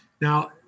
Now